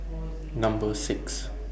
Number six